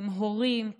עם הורים,